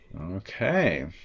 Okay